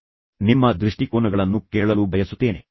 ನಾನು ನಿಮ್ಮ ದೃಷ್ಟಿಕೋನಗಳನ್ನು ಕೇಳಲು ಬಯಸುತ್ತೇನೆ